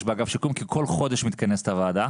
באגף שיקום כי כל חודש מתכנסת הוועדה.